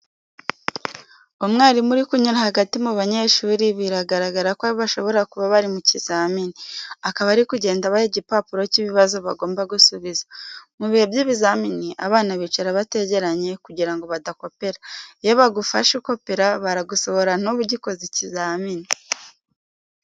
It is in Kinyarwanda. Umwarimu uri kunyura hagati mu banyeshuri, bigaragara ko bashobora kuba bari mu kizamini, akaba ari kugenda abaha igipapuro cy'ibibazo bagomba gusubiza. Mu bihe by'ibizamini abana bicara bategeranye kugira ngo badakopera, iyo bagufashe ukopera baragusohora ntube ugikoze ikizamini.